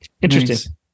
interesting